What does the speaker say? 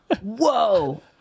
whoa